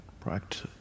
practice